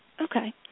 Okay